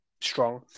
strong